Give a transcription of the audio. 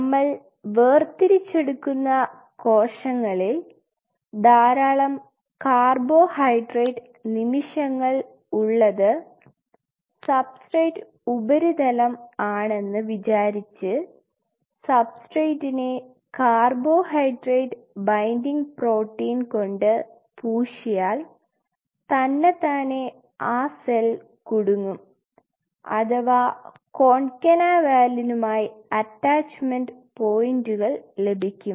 നമ്മൾ വേർതിരിച്ചെടുക്കുന്ന കോശങ്ങളിൽ ധാരാളം കാർബോഹൈഡ്രേറ്റ് നിമിഷങ്ങൾ ഉള്ളത് സബ്സ്ട്രേറ്റ് ഉപരിതലം ആണെന്ന് വിചാരിച്ച് സബ്സ്ട്രേറ്റ്റ്റിനെ കാർബോഹൈഡ്രേറ്റ് ബൈൻഡിംഗ് പ്രോട്ടീൻ കൊണ്ട് പൂശിയാൽ തന്നത്താനെ ആ സെൽ കുടുങ്ങും അഥവാ കോൺകനവാലിനുമായി അറ്റാച്ചുമെൻറ് പോയിൻറുകൾ ലഭിക്കും